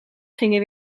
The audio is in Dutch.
gingen